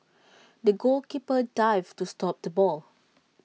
the goalkeeper dived to stop the ball